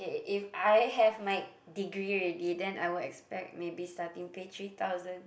if I have my degree already then I would expect maybe starting pay three thousand